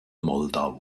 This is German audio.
moldau